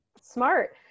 Smart